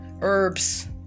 herbs